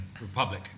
Republic